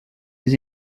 les